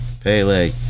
Pele